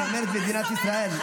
מסמנת את מדינת ישראל,